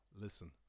listen